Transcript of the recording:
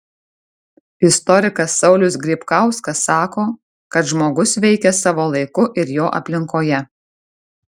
istorikas saulius grybkauskas sako kad žmogus veikia savo laiku ir jo aplinkoje